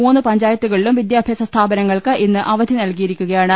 മൂന്ന് പഞ്ചായത്തുകളിലും വിദ്യാഭ്യാസ സ്ഥാപങ്ങൾക്ക് ഇന്ന് അവധി നൽകിയിരിക്കുകയാണ്